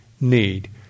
need